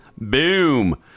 Boom